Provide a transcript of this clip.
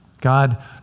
God